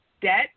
debt